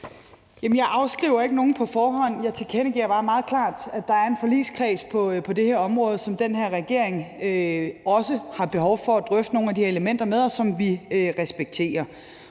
jeg afskriver ikke nogen på forhånd. Jeg tilkendegiver bare meget klart, at der er en forligskreds på det her område, som den her regering også har behov for at drøfte nogle af de her elementer med, og som vi respekterer.